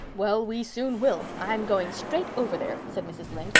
well, we soon will. i'm going straight over there, said mrs. lynde,